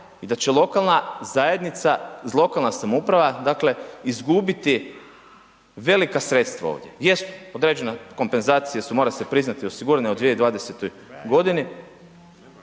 i da će lokalna zajednica, lokalna samouprava dakle izgubiti velika sredstva ovdje. Jesu određene kompenzacije su mora se priznati osigurane u 2020. godini,